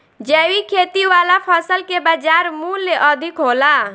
जैविक खेती वाला फसल के बाजार मूल्य अधिक होला